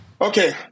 Okay